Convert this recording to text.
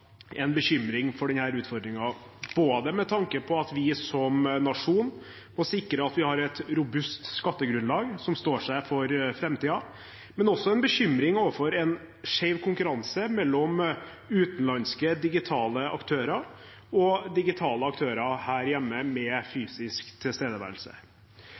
en bekymring for denne utfordringen med tanke på at vi som nasjon må sikre at vi har et robust skattegrunnlag som står seg for framtiden, men også en bekymring for en skjev konkurranse mellom utenlandske digitale aktører og digitale aktører her hjemme med fysisk tilstedeværelse.